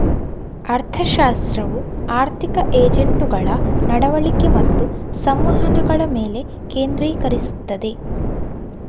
ಅರ್ಥಶಾಸ್ತ್ರವು ಆರ್ಥಿಕ ಏಜೆಂಟುಗಳ ನಡವಳಿಕೆ ಮತ್ತು ಸಂವಹನಗಳ ಮೇಲೆ ಕೇಂದ್ರೀಕರಿಸುತ್ತದೆ